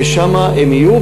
ושם הם יהיו,